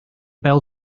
bêl